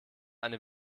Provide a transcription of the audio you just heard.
eine